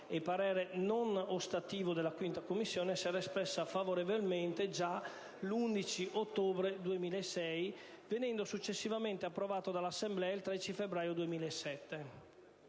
e parere non ostativo della 5a Commissione, si era espressa favorevolmente già l'11 ottobre 2006, venendo successivamente approvato dall'Assemblea il 13 febbraio 2007.